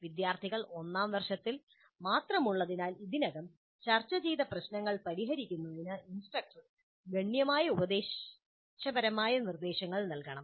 വിദ്യാർത്ഥികൾ ഒന്നാം വർഷത്തിൽ മാത്രമുള്ളതിനാൽ ഇതിനകം ചർച്ച ചെയ്ത പ്രശ്നങ്ങൾ പരിഹരിക്കുന്നതിന് ഇൻസ്ട്രക്ടർ ഗണ്യമായി ഉപദേശപരമായ നിർദ്ദേശങ്ങൾ നൽകണം